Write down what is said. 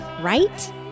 Right